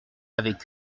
avec